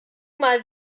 mal